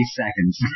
seconds